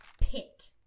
pit